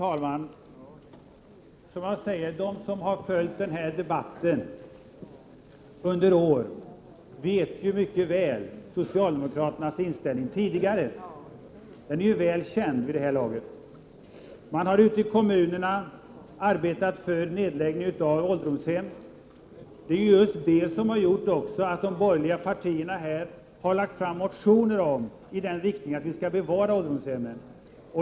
Fru talman! De som har följt den här debatten under åren vet mycket väl vilken inställning socialdemokraterna tidigare har haft. Den är väl känd vid det här laget. De har ute i kommunerna arbetat för nedläggning av ålderdomshemmen. Det är just det som har gjort att de borgerliga har lagt fram motioner om bevarande av ålderdomshemmen.